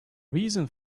reason